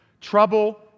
Trouble